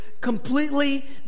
completely